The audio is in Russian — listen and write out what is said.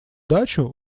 дачу